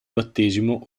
battesimo